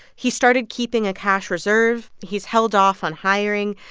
he started keeping a cash reserve. he's held off on hiring.